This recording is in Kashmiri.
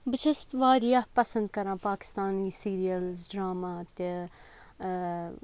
بہٕ چھَس واریاہ پَسَنٛد کَران پاکِستانی سیٖریَلٕز ڈَرٛاما تہِ